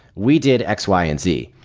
we did x, y, and z.